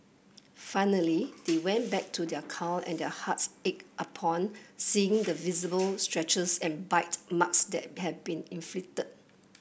finally they went back to their car and their hearts ached upon seeing the visible and bite marks that had been inflicted